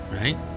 right